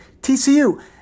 TCU